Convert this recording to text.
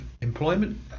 employment